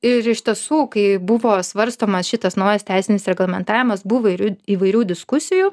ir iš tiesų kai buvo svarstomas šitas naujas teisinis reglamentavimas buvo įrių įvairių diskusijų